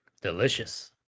Delicious